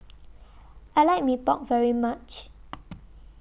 I like Mee Pok very much